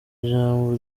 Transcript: ijambo